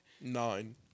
Nine